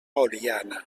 oliana